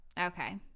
okay